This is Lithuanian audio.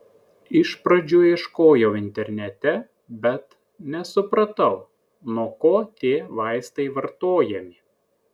iš pradžių ieškojau internete bet nesupratau nuo ko tie vaistai vartojami